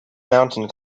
mountain